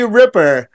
ripper